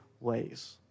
ways